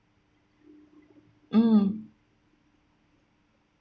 mm